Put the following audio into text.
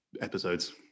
episodes